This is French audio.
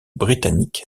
britannique